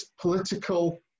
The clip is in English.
political